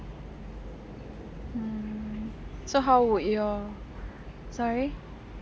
mm so how would your sorry